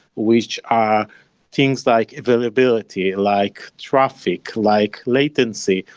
which are things like availability, like traffic, like latency,